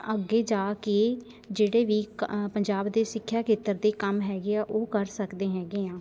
ਅੱਗੇ ਜਾ ਕੇ ਜਿਹੜੇ ਵੀ ਕ ਪੰਜਾਬ ਦੇ ਸਿੱਖਿਆ ਖੇਤਰ ਦੇ ਕੰਮ ਹੈਗੇ ਆ ਉਹ ਕਰ ਸਕਦੇ ਹੈਗੇ ਹਾਂ